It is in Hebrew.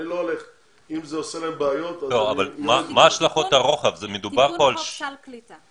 אם זה עושה להם בעיות אז --- תיקון חוק סל קליטה.